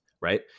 right